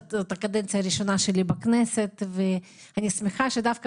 זאת הקדנציה הראשונה שלי בכנסת ואני שמחה שדווקא